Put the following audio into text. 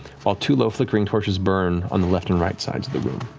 while two low flickering torches burn on the left and right sides of the room.